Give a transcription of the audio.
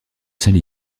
saint